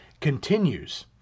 continues